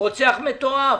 רוצח מתועב.